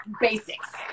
basics